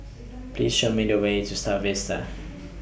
Please Show Me The Way to STAR Vista